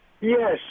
Yes